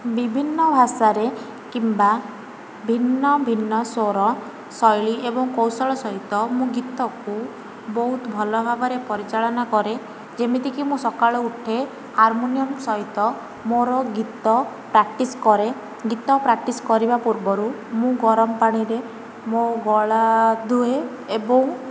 ବିଭିନ୍ନ ଭାଷାରେ କିମ୍ବା ଭିନ୍ନ ଭିନ୍ନ ସ୍ୱର ଶୈଳୀ ଏବଂ କୌଶଳ ସହିତ ମୁଁ ଗୀତକୁ ବହୁତ ଭଲ ଭାବରେ ପରିଚାଳନା କରେ ଯେମିତିକି ମୁଁ ସକାଳେ ଉଠେ ହାରମୋନିୟମ ସହିତ ମୋର ଗୀତ ପ୍ରାକ୍ଟିସ୍ କରେ ଗୀତ ପ୍ରାକ୍ଟିସ୍ କରିବା ପୂର୍ବରୁ ମୁଁ ଗରମ ପାଣିରେ ମୋ ଗଳା ଧୁଏ ଏବଂ